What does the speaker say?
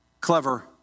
Clever